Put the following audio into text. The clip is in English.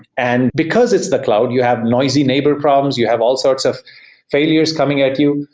and because it's the cloud, you have noisy neighbor problems. you have all sorts of failures coming at you.